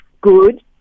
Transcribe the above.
good